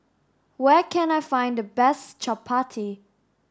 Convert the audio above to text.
where can I find the best Chappati